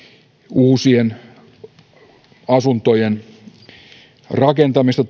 uusien asuntojen rakentamista